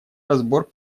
разбор